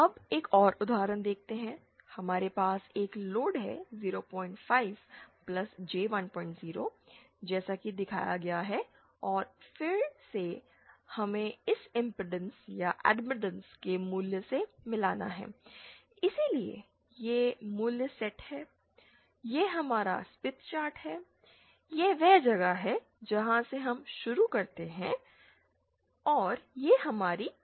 अब एक और उदाहरण देखते हैं हमारे पास एक लोड है 05 J1 0 जैसा कि दिखाया गया है और फिर से हमें इस इंपेडेंस या एडमिटेंस को मूल से मिलाना है इसलिए यह मूल सेट है यह हमारा स्मिथ चार्ट है यह वह जगह है जहाँ से हम शुरू करते हैं और यह हमारी मंजिल है